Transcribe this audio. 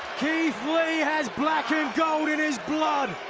keith lee has black and gold in his blood.